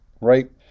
right